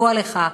כידוע לך,